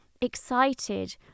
excited